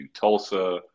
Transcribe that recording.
Tulsa